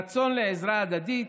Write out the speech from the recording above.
רצון לעזרה הדדית,